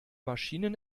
maschinen